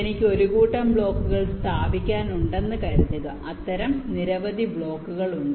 എനിക്ക് ഒരു കൂട്ടം ബ്ലോക്കുകൾ സ്ഥാപിക്കാൻ ഉണ്ടെന്ന് കരുതുക അത്തരം നിരവധി ബ്ലോക്കുകൾ ഉണ്ട്